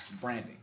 branding